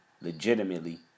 legitimately